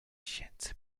scienze